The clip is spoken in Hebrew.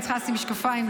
אני צריכה לשים משקפיים,